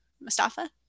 Mustafa